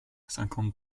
cinquante